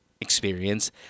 experience